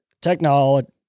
technology